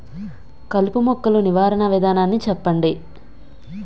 కలుపు మొక్కలు నివారణ విధానాన్ని చెప్పండి?